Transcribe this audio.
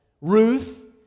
Ruth